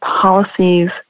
policies